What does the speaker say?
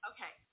Okay